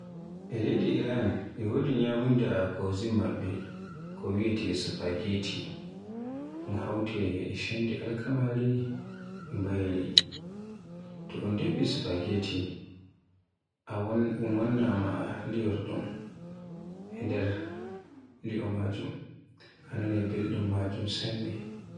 E leydi Iran e wodi nyamunda cuisine maɓɓe ko wiyeete spaghetti, un hawte e chondi alkamaari e mbayeri, to un defi spaghetti un wannama liyorɗum e nder li'o maajun a nanaai belɗum maajun sanne.